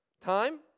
time